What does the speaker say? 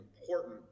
important